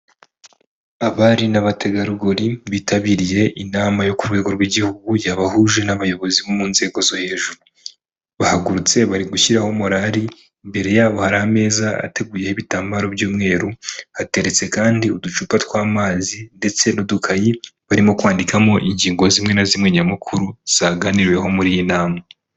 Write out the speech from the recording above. Abari n'abategarugori bitabiriye inama yo ku rwego rw'igihugu yabahuje n'abayobozi bo mu nzego zo hejuru, bahagurutse bari gushyiraho morari, imbere ya bo hari ameza ateguyeho ibitamararo by'umweru, hateretse kandi uducupa tw'amazi ndetse n'udukayi barimo kwandikamo ingingo zimwe na zimwe nyamukuru zaganiriweho muri iyi nama.